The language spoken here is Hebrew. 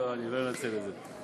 לא, אני לא אנצל את זה.